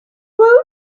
woot